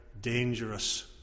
dangerous